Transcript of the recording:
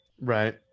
Right